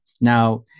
now